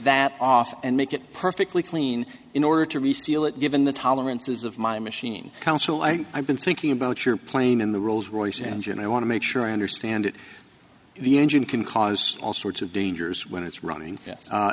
that off and make it perfectly clean in order to reseal it given the tolerances of my machine council i been thinking about your plane in the rolls royce engine i want to make sure i understand it the engine can cause all sorts of dangers when it's running